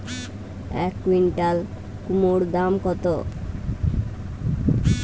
এক কুইন্টাল কুমোড় দাম কত?